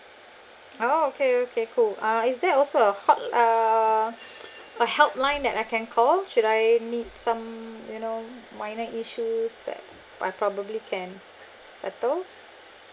ah okay okay cool uh is there also a hot~ err a helpline that I can call should I need some you know minor issue that I probably can settle